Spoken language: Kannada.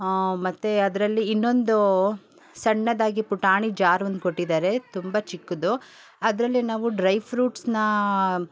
ಮತ್ತು ಅದರಲ್ಲಿ ಇನ್ನೊಂದು ಸಣ್ಣದಾಗಿ ಪುಟಾಣಿ ಜಾರೊಂದು ಕೊಟ್ಟಿದಾರೆ ತುಂಬ ಚಿಕ್ಕದು ಅದರಲ್ಲಿ ನಾವು ಡ್ರೈ ಫ್ರೂಟ್ಸ್ನ